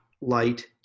light